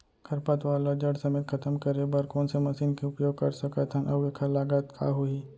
खरपतवार ला जड़ समेत खतम करे बर कोन से मशीन के उपयोग कर सकत हन अऊ एखर लागत का होही?